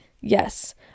yes